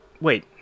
Wait